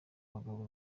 abagabo